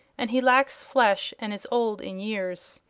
and he lacks flesh and is old in years.